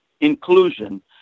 inclusion